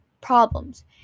problems